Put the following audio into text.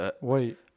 wait